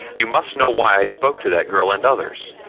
you must know why i spoke to that girl and others,